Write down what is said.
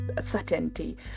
certainty